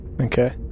Okay